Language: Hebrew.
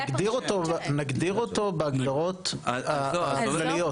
נגדיר אותו בהגדרות בכלליות.